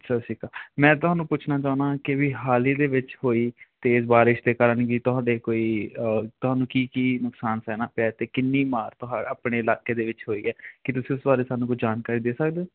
ਸਤਿ ਸ਼੍ਰੀ ਅਕਾਲ ਮੈਂ ਤੁਹਾਨੂੰ ਪੁੱਛਣਾ ਚਾਹੁੰਦਾ ਕਿ ਵੀ ਹਾਲ ਹੀ ਦੇ ਵਿੱਚ ਹੋਈ ਤੇਜ਼ ਬਾਰਿਸ਼ ਦੇ ਕਾਰਨ ਕੀ ਤੁਹਾਡੇ ਕੋਈ ਤੁਹਾਨੂੰ ਕੀ ਕੀ ਨੁਕਸਾਨ ਸਹਿਣਾ ਪਿਆ ਕਿੰਨੀ ਮਾਰ ਤੁਹਾ ਆਪਣੇ ਇਲਾਕੇ ਦੇ ਵਿੱਚ ਹੋਈ ਹੈ ਕਿ ਤੁਸੀਂ ਉਸ ਬਾਰੇ ਸਾਨੂੰ ਕੋਈ ਜਾਣਕਾਰੀ ਦੇ ਸਕਦੇ ਹੋ